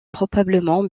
probablement